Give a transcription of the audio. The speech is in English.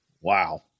Wow